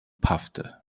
paffte